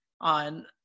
on